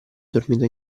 dormito